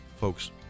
folks